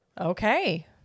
okay